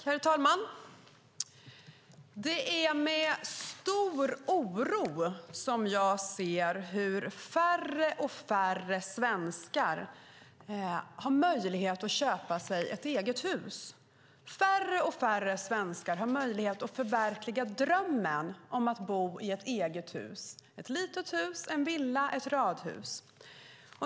Herr talman! De är med stor oro som jag ser hur färre och färre svenskar har möjlighet att köpa sig ett eget hus. Färre och färre svenskar har möjlighet att förverkliga drömmen om att få bo i ett eget hus, ett litet hus, en villa, ett radhus.